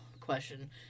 question